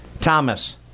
Thomas